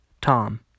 Tom